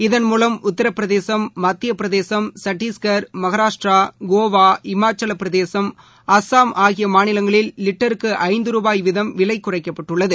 இதன் மூலம் உத்தாப் பிரதேசம் மத்தியப் பிரதேசம் சுட்டீஸ்கர் மகாராஷ்டிரா கோவா இமாச்சலப்பிரதேசம் ஆகியமாநிலங்களில் லிட்டருக்குறந்து ருபாய் வீதம் அஸ்ஸாம் விலைகுறைக்கப்பட்டுள்ளது